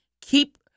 Keep